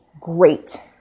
great